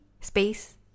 space